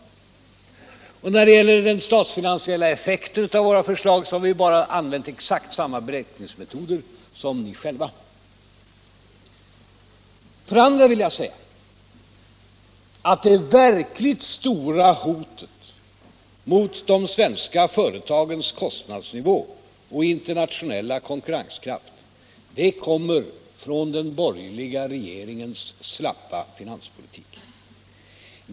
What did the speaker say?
Och när det gäller den statsfinansiella effekten av våra förslag har vi använt exakt samma beräkningsmetoder som ni själva. För det andra kommer det verkligt stora hotet mot de svenska företagens kostnadsnivå och internationella konkurrenskraft från den borgerliga regeringens slappa finanspolitik.